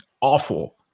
awful